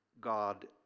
God